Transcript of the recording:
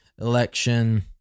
election